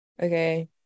okay